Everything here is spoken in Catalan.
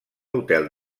hotel